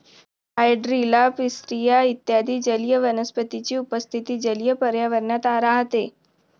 hydrilla, pistia इत्यादी जलीय वनस्पतींची उपस्थिती जलीय पर्यावरणात राहते